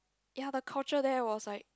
ya the culture there was like